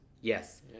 Yes